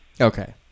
Okay